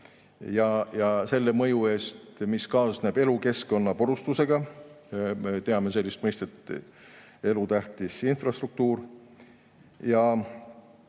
ja selle mõju eest, mis kaasneb elukeskkonna purustamisega. Me teame sellist mõistet: elutähtis infrastruktuur.